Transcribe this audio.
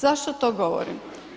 Zašto to govorim?